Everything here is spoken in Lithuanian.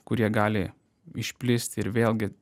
kurie gali išplisti ir vėlgi